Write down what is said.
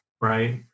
right